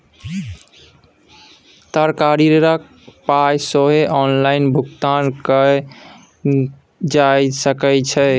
तरकारीक पाय सेहो ऑनलाइन भुगतान कए कय दए सकैत छी